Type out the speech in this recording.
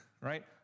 right